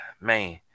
man